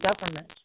government